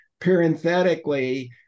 Parenthetically